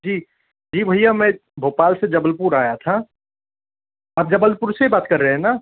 जी जी भैया मै भोपाल से जबलपुर आया था आप जबलपुर से बात कर रहे हैं ना